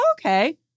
okay